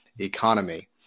economy